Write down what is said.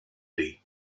ley